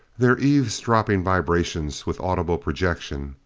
their eavesdropping vibrations, with audible projection,